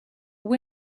win